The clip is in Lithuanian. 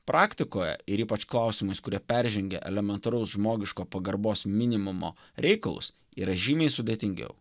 praktikoje ir ypač klausimais kurie peržengia elementaraus žmogiško pagarbos minimumo reikalus yra žymiai sudėtingiau